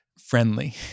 friendly